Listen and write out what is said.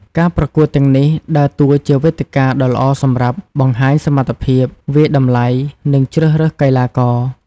ការប្រកួតទាំងនេះដើរតួជាវេទិកាដ៏ល្អសម្រាប់ បង្ហាញសមត្ថភាព វាយតម្លៃ និងជ្រើសរើសកីឡាករ។